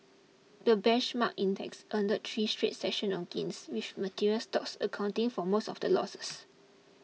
the benchmark index ended three straight sessions of gains with materials stocks accounting for most of the losses